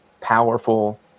powerful